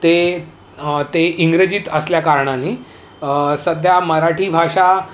ते ते इंग्रजीत असल्या कारणाने सध्या मराठी भाषा